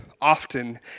often